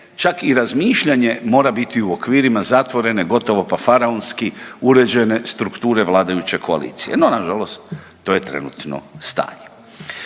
čak i razmišljanje mora biti u okvirima zatvorene, gotovo pa faraonski uređene strukture vladajuće koalicije. No, na žalost to je trenutno stanje.